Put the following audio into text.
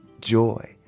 joy